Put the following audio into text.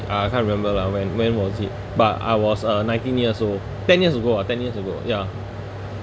uh I can't remember lah when when was it but I was a nineteen years old ten years ago ah ten years ago ya